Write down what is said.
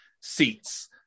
seats